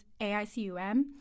AICUM